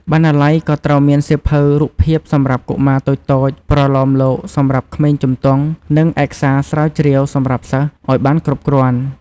បណ្ណាល័យក៍ត្រូវមានសៀវភៅរូបភាពសម្រាប់កុមារតូចៗ ប្រលោមលោកសម្រាប់ក្មេងជំទង់ និងឯកសារស្រាវជ្រាវសម្រាប់សិស្សអោយបានគ្រប់គ្រាន់ ។